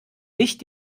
nicht